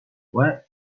where